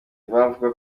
bavuga